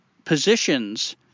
positions